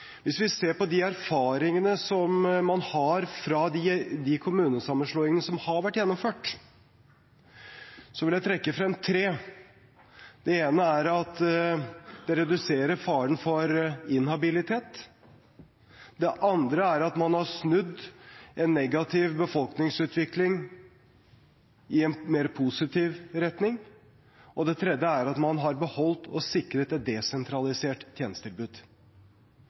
Hvis vi ser på de erfaringene man har fra de kommunesammenslåingene som har vært gjennomført, vil jeg trekke frem tre: Det ene er at det reduserer faren for inhabilitet, det andre er at man har snudd en negativ befolkningsutvikling i en mer positiv retning, og det tredje er at man har beholdt og sikret et desentralisert tjenestetilbud.